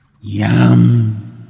Yum